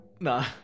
Nah